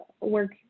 work